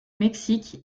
mexique